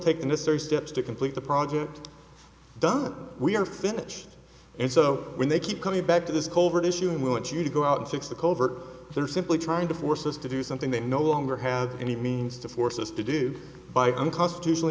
will necessary steps to complete the project done we are finished and so when they keep coming back to this covert issuing we want you to go out and fix the covert they're simply trying to force us to do something they no longer have any means to force us to do by unconstitutional